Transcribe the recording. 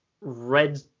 red